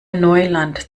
neuland